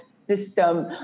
system